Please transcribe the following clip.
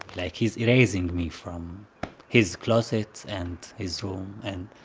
like, he's erasing me from his closet and his room, and,